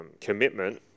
commitment